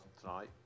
tonight